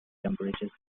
temperate